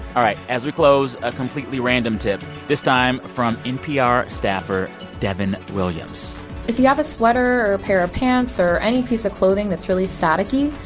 all right. as we close, a completely random tip this time, from npr staffer devon williams if you have a sweater or a pair of pants or any piece of clothing that's really staticky,